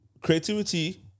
creativity